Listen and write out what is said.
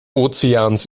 ozeans